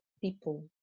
people